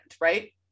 right